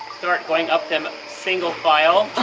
start going up them single file.